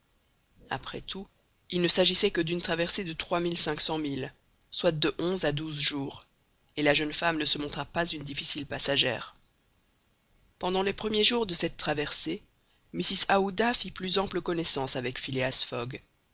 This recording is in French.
après tout il ne s'agissait que d'une traversée de trois mille cinq cents milles soit de onze à douze jours et la jeune femme ne se montra pas une difficile passagère pendant les premiers jours de cette traversée mrs aouda fit plus ample connaissance avec phileas fogg